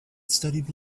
studied